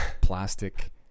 plastic